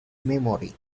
memory